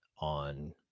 on